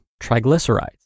triglycerides